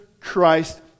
christ